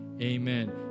Amen